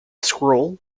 scroll